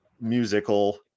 musical